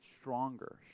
stronger